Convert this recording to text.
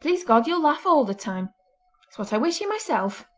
please god, you'll laugh all the time. it's what i wish you myself